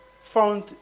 found